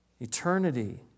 Eternity